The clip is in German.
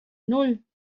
nan